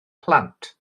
plant